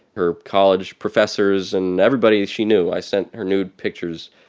her college professors and everybody she knew i sent her nude pictures.